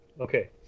okay